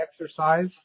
exercise